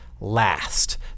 last